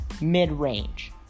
mid-range